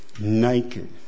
naked